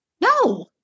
no